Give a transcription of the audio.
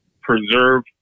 preserve